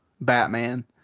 Batman